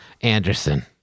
Anderson